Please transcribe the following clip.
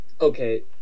okay